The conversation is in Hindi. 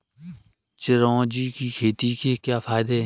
चिरौंजी की खेती के क्या फायदे हैं?